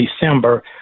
December